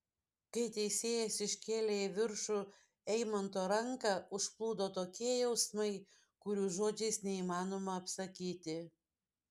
kai teisėjas iškėlė į viršų eimanto ranką užplūdo tokie jausmai kurių žodžiais neįmanoma apsakyti